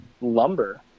lumber